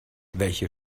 welche